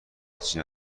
هیچی